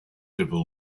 civil